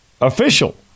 official